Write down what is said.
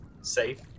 safe